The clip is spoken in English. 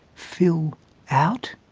fill out?